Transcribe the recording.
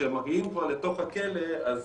וכשהם מגיעים כבר לתוך הכלא אז